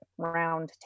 roundtable